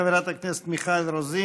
חברת הכנסת מיכל רוזין.